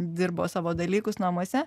dirbo savo dalykus namuose